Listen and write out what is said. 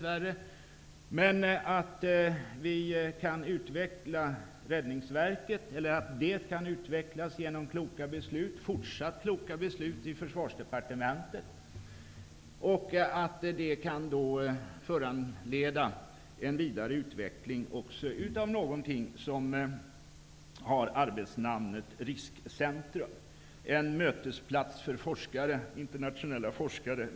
Vi utgår från att Räddningsverket kan utvecklas genom fortsatt kloka beslut i Försvarsdepartementet och att det kan föranleda en vidare utveckling också av någonting som har arbetsnamnet Riskcentrum. Det är bl.a. en mötesplats för internationella forskare.